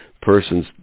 persons